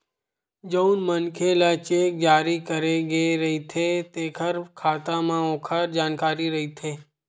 जउन मनखे ल चेक जारी करे गे रहिथे तेखर खाता म ओखर जानकारी रहिथे